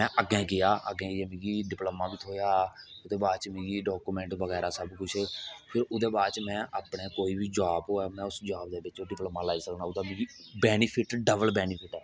में अग्गे गया अघ्गे जेइयै मिगी डिपलामा बी थ्होआ ओहदे बाद च मिगी डाकोमेंट बगैरा सब कुछ फिर ओहदे बाद च में अपने कोई बी जाव होऐ ना उस जाॅव दे बिना ओह् डिपलामा लाई सकना मिगी बेनीफिट ना डबल बेनीफिट ऐ